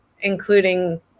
including